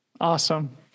awesome